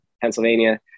Pennsylvania